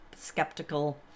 skeptical